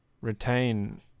retain